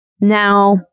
Now